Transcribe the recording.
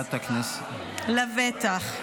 הארץ לבטח".